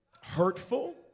hurtful